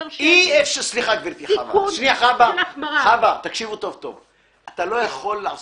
מאהבה אומר לך